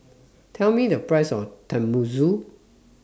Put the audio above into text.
Tell Me The Price of Tenmusu